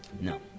No